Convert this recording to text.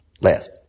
Last